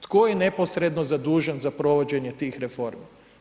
Tko je neposredno zadužen za provođenje tih reformi?